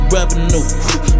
Revenue